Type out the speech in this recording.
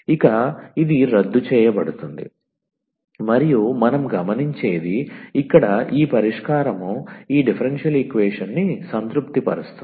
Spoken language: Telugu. ఇక ఇది రద్దు చేయబడుతుంది మరియు మనం గమనించేది ఇక్కడ ఈ పరిష్కారం ఈ డిఫరెన్షియల్ ఈక్వేషన్ని సంతృప్తిపరుస్తుంది